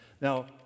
Now